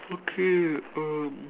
okay um